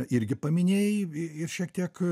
irgi paminėjai ir šiek tiek